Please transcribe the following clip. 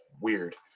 weird